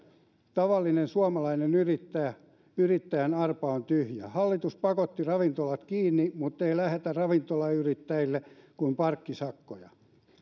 tavallisen suomalaisen yrittäjän arpa on tyhjä hallitus pakotti ravintolat kiinni mutta ei lähetä ravintolayrittäjille kuin parkkisakkoja